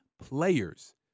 players